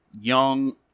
young